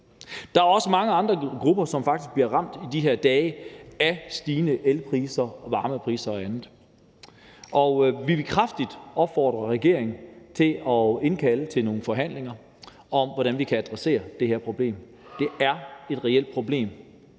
Der er også mange andre grupper, som faktisk bliver ramt i de her dage af stigende elpriser, varmepriser og andet, og vi vil kraftigt opfordre regeringen til at indkalde til nogle forhandlinger om, hvordan vi kan adressere det her problem, for det er et reelt problem,